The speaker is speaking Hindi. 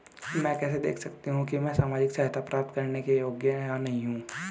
मैं कैसे देख सकती हूँ कि मैं सामाजिक सहायता प्राप्त करने के योग्य हूँ या नहीं?